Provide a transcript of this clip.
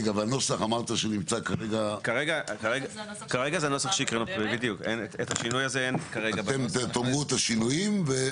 כרגע, אין את השינוי הזה בנוסח.